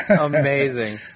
Amazing